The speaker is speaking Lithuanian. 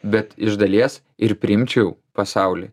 bet iš dalies ir priimčiau pasaulį